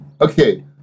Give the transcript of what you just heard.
Okay